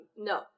No